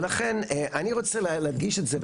ולכן אני רוצה להדגיש את זה,